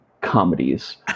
comedies